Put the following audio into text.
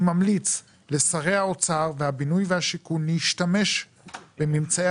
אני ממליץ לשרי האוצר והבינוי והשיכון להשתמש בממצאי